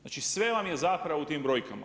Znači sve vam je zapravo u tim brojkama.